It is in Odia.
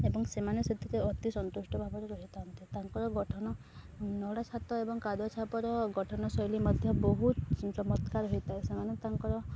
ଏବଂ ସେମାନେ ସେଥିରେ ଅତି ସନ୍ତୁଷ୍ଟ ଭାବରେ ରହିଥାନ୍ତି ତାଙ୍କର ଗଠନ ନଡ଼ା ଛାତ ଏବଂ କାଦୁଅ ଛାତର ଗଠନଶୈଲୀ ମଧ୍ୟ ବହୁତ ଚମତ୍କାର ହୋଇଥାଏ ସେମାନେ ତାଙ୍କର